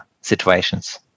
situations